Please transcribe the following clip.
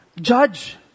judge